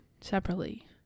separately